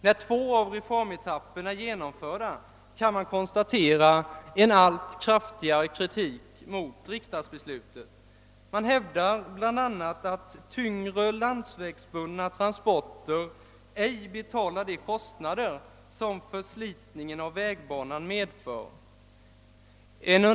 När två av reformetapperna är genomförda kan man konstatera en allt kraftigare kritik mot riksdagsbeslutet. Man hävdar bl.a. att de tyngre landsvägsbundna transporterna ej betalar de kostnader som deras förslitning av vägbanan medför.